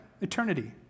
eternity